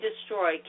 destroy